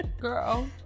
Girl